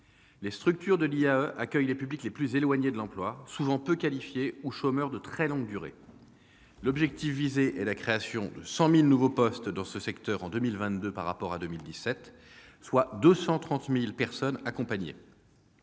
Les structures de l'IAE accueillent les publics les plus éloignés de l'emploi, souvent peu qualifiés ou chômeurs de très longue durée. L'objectif est la création de 100 000 nouveaux postes dans ce secteur en 2022 par rapport à 2017, soit 230 000 personnes accompagnées.